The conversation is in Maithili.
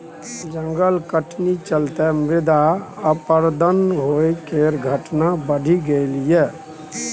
जंगल कटनी चलते मृदा अपरदन होइ केर घटना बढ़ि गेलइ यै